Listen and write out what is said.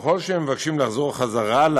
ככל שהם מבקשים לחזור לעבודה